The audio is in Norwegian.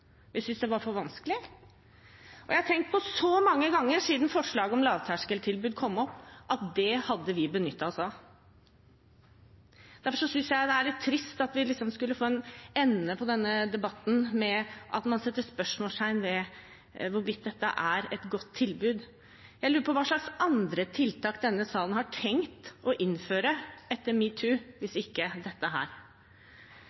Vi syntes det var for vanskelig. Siden forslaget om lavterskeltilbudet kom opp, har jeg mange ganger tenkt at det hadde vi benyttet oss av. Derfor synes jeg det er litt trist at denne debatten skulle ende med at man setter spørsmålstegn ved hvorvidt dette er et godt tilbud. Jeg lurer på hva slags andre tiltak salen har tenkt å innføre etter metoo hvis